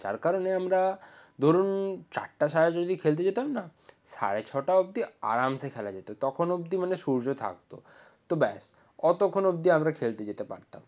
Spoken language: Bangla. যার কারণে আমরা ধরুন চারটা সাড়ে চারটায় যদি খেলতে যেতাম না সাড়ে ছটা অবদি আরামসে খেলা যেতো তখন অবদি মানে সূর্য থাকতো তো ব্যাস অতক্ষণ অবদি আমরা খেলতে যেতে পারতাম